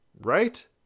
Right